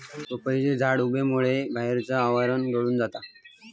पपईचे झाड उबेमुळे बाहेरचा आवरण गळून जाता